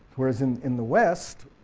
whereas in in the west,